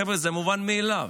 חבר'ה, זה מובן מאליו.